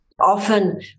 Often